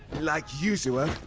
like usual.